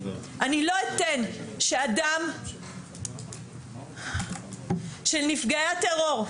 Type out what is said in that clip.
אני לא אתן שהדם של נפגעי הטרור,